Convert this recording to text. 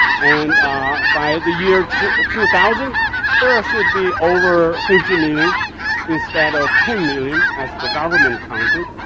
and by the year two two thousand there ah should be over fifty million instead of ten million as the government counted.